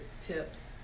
tips